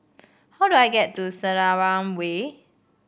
how do I get to Selarang Way